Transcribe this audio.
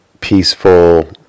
peaceful